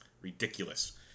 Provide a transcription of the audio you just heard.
Ridiculous